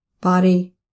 body